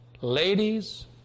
Ladies